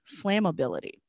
flammability